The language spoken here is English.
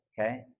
okay